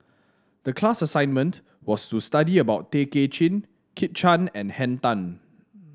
the class assignment was to study about Tay Kay Chin Kit Chan and Henn Tan